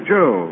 Joe